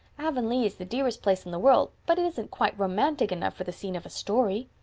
avonlea is the dearest place in the world, but it isn't quite romantic enough for the scene of a story.